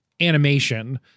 animation